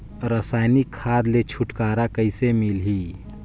रसायनिक खाद ले छुटकारा कइसे मिलही?